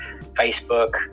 Facebook